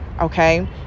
okay